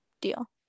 deal